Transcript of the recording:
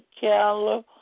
Keller